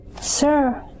Sir